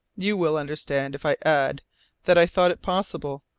you will understand if i add that i thought it possible,